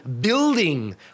building